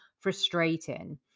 frustrating